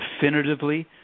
definitively